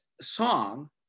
song